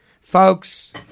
Folks